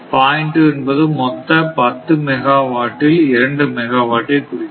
2 என்பது மொத்த 10 மெகாவாட் இல் 2 மெகாவாட் ஐ குறிக்கிறது